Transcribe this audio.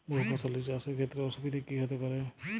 বহু ফসলী চাষ এর ক্ষেত্রে অসুবিধে কী কী হতে পারে?